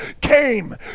came